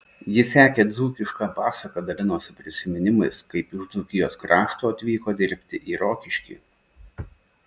ji sekė dzūkišką pasaką dalinosi prisiminimais kaip iš dzūkijos krašto atvyko dirbti į rokiškį